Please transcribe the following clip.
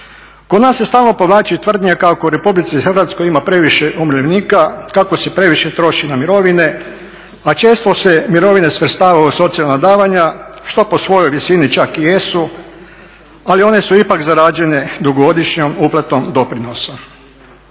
Kod nas se stalno povlači tvrdnja kako u Republici Hrvatskoj ima previše umirovljenika, kako se previše troši na mirovine a često se mirovine svrstavaju u socijalna davanja što po svojoj visini čak i jesu ali one su ipak zarađene dugogodišnjom uplatom doprinosa.